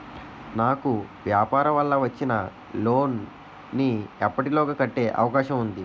నాకు వ్యాపార వల్ల వచ్చిన లోన్ నీ ఎప్పటిలోగా కట్టే అవకాశం ఉంది?